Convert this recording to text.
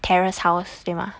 terrace house 对吗